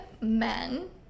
men